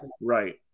Right